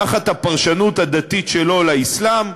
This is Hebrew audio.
תחת הפרשנות הדתית שלו לאסלאם,